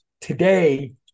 today